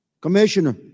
Commissioner